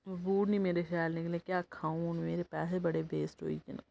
boot नी मेरे शैल निकले केह् आक्खां हून मेरे पैसे बी बड़े वेस्ट होई गे न